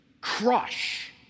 crush